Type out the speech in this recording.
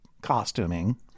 costuming